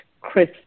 Chris